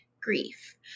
grief